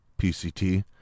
PCT